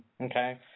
Okay